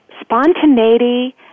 spontaneity